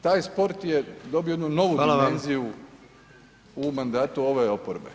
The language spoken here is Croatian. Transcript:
Taj sport je dobio jednu novu dimenziju u mandatu ove oporbe.